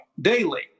daily